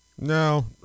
no